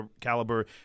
caliber